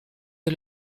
est